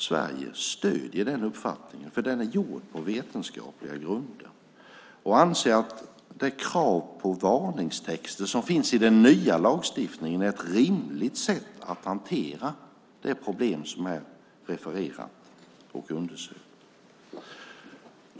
Sverige stöder den uppfattningen, för den är gjord på vetenskapliga grunder, och anser att det krav på varningstexter som finns i den nya lagstiftningen är ett rimligt sätt att hantera det problem som är refererat och undersökt.